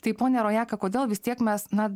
tai ponia rojaka kodėl vis tiek mes na